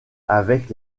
avec